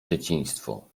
dzieciństwo